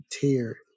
tier